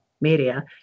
media